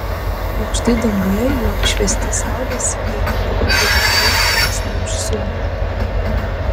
aukštai danguje jau apšviesti saulės skriejo dar du daiktai didesni už suopį